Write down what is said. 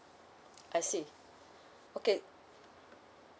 I see okay